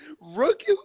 rookie